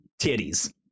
titties